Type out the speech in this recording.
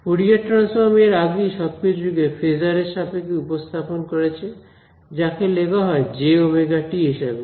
Fourier transform এর আগেই সবকিছুকে ফেজার এর সাপেক্ষে উপস্থাপন করেছে যাকে লেখা যায় jωt হিসাবে